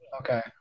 Okay